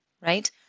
right